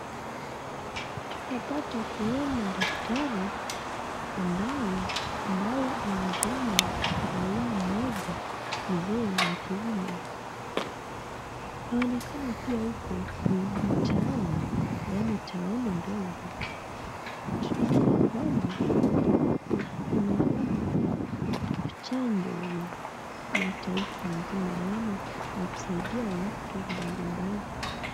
Tunapata kuona daktari ambaye anadunga raia mmoja mzee wa kiume na inaonekana pia huku ni mtaani yaani taoni ndogo, tunaona kwamba huku kunakwanga na chanjo la taifa mzima yaani ya kusaidia watu mbalimbali.